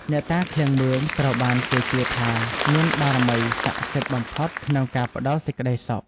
អ្នកតាឃ្លាំងមឿង ត្រូវបានគេជឿថាមានបារមីសក្ដិសិទ្ធិបំផុតក្នុងការផ្ដល់សេចក្ដីសុខ។